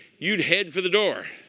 you'd head for the door.